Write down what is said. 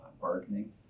bargaining